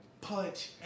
punch